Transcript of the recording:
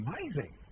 Amazing